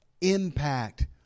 impact